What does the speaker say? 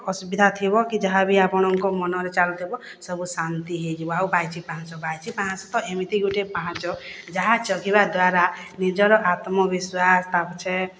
ଅସୁବିଧା ଥିବ କି ଯାହା ବି ଆପଣଙ୍କ ମନରେ ଚାଲୁଥିବା ସବୁ ଶାନ୍ତି ହେଇଯିବ ଆଉ ବାଇଶି ପାହାଞ୍ଚ ବାଇଶି ପାହାଞ୍ଚ ତ ଏମିତି ଗୋଟେ ପାହାଚ ଯାହା ଚଗିବା ଦ୍ୱାରା ନିଜର ଆତ୍ମ ବିଶ୍ୱାସ୍ ତା ପଛେ